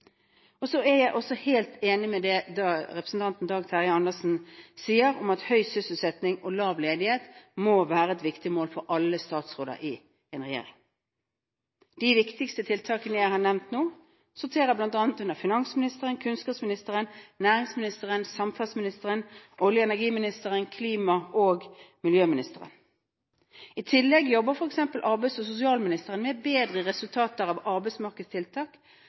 Så er jeg helt enig i det representanten Dag Terje Andersen sier om at høy sysselsetting og lav ledighet må være viktige mål for alle statsråder i en regjering. De viktigste tiltakene jeg har nevnt nå, sorterer bl.a. under finansministeren, kunnskapsministeren, næringsministeren, samferdselsministeren, olje- og energiministeren og klima- og miljøministeren. I tillegg jobber f.eks. arbeids- og sosialministeren med bedre resultater av arbeidsmarkedstiltak